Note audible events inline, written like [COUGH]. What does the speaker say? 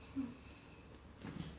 [BREATH]